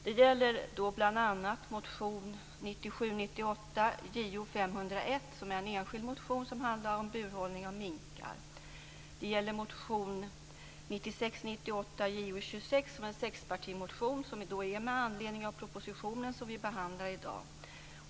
Det gäller bl.a. motion 1997/98:Jo26 som är en sexpartimotion med anledning av den proposition som vi behandlar i dag.